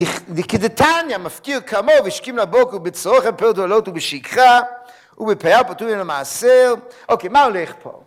"לכדתניא: המפקיר כרמו, והשכים לבקר ובצרו, בפרט ובעוללות ובשכחה ובפאה, ופטור מן המעשר". אוקיי, מה הולך פה?